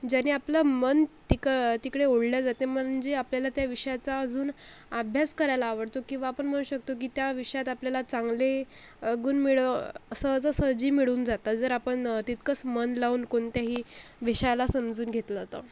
ज्यानी आपलं मन तिक तिकडे ओढले जाते म्हणजे आपल्याला त्या विषयाचा अजून अभ्यास करायला आवडतो किंवा आपण म्हणू शकतो की त्या विषयात आपल्याला चांगले गुण मिळव सहजासहजी मिळून जातात जर आपण तितकंच मन लावून कोणत्याही विषयाला समजून घेतलं तर